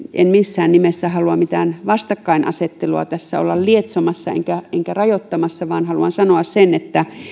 en missään nimessä halua mitään vastakkainasettelua tässä olla lietsomassa enkä enkä rajoittamassa vaan haluan sanoa sen että